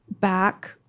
back